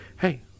Hey